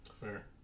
Fair